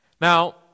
Now